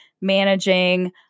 managing